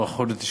לא יכול להיות.